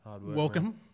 welcome